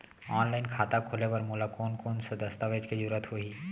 Online खाता खोले बर मोला कोन कोन स दस्तावेज के जरूरत होही?